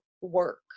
work